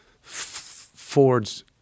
Ford's